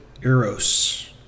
eros